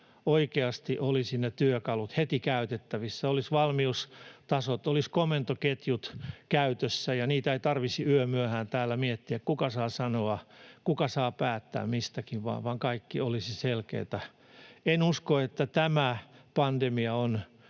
oikeasti olisi ne työkalut heti käytettävissä, olisi valmiustasot, olisi komentoketjut käytössä, ja ei tarvitsisi yömyöhään täällä miettiä niitä ja sitä, kuka saa sanoa, kuka saa päättää mistäkin, vaan kaikki olisi selkeätä. En usko, että tämä pandemia on